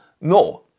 No